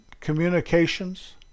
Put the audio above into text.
communications